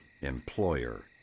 employer